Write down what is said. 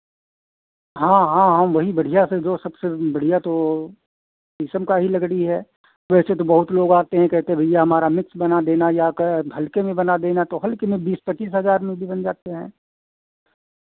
हाँ हाँ हम वही बढ़ियाँ से जो सबसे बढ़ियाँ तो शीशम का ही लकड़ी है वैसे तो बहुत लोग आते हैं कहते हैं भैया हमारा मिक्स बना देना या हल्के में बना देना तो हल्के में बीस पच्चीस हज़ार में भी बन जाते हैं